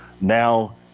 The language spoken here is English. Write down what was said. now